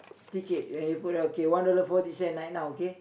ticket when you put down one dollar forty cent right now okay